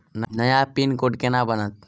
नया पिन केना बनत?